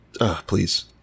Please